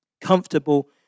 comfortable